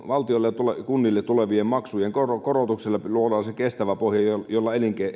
valtiolle ja kunnille tulevien maksujen korotuksilla luodaan se kestävä pohja jolla